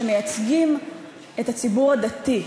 שמייצגים את הציבור הדתי,